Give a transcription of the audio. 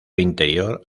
interior